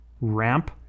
ramp